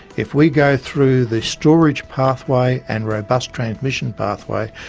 if we go through the storage pathway and robust transmission pathway,